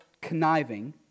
conniving